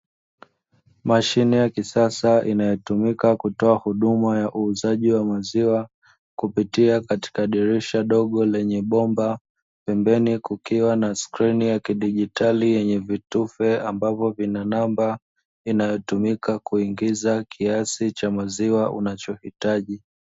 Mashine ya kisasa inayotumika kutoa huduma ya uuzaji wa maziwa, kupitia katika dirisha dogo lenye bomba, pembeni kukiwa na skrini ya kidigitali yenye vifute ambavyo vina namba, inayotumika kuingiza kiasi cha maziwa unachohitaji.